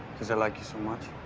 because l like you so much.